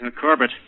Corbett